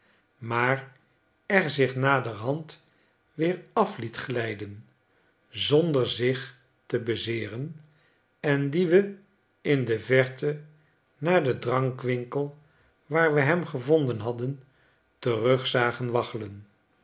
maar er zich naderhand weer van af liet glijden zonder zich te bezeeren en dien we in de verte naar den drankwinkel waar we hem gevonden hadden terug zagen waggelen